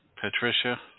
Patricia